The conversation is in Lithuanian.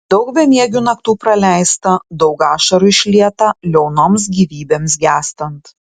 daug bemiegių naktų praleista daug ašarų išlieta liaunoms gyvybėms gęstant